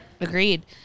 Agreed